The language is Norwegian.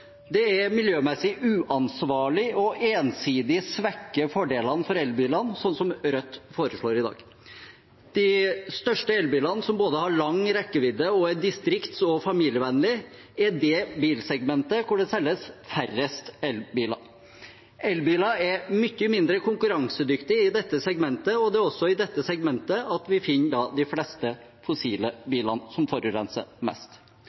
Det er miljømessig uansvarlig ensidig å svekke fordelene for elbilene, som Rødt foreslår i dag. De største elbilene som både har lang rekkevidde og er distrikts- og familievennlige, er det bilsegmentet hvor det selges færrest elbiler. I dette segmentet er elbiler mye mindre konkurransedyktige, og her finner vi de fleste fossilbilene som forurenser mest. Rødts forslag gjør også at